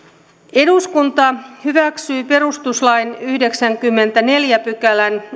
eduskunta hyväksyy perustuslain yhdeksännenkymmenennenneljännen pykälän